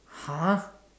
!huh!